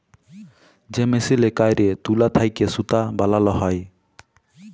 যে মেসিলে ক্যইরে তুলা থ্যাইকে সুতা বালাল হ্যয়